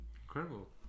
incredible